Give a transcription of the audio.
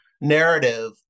narrative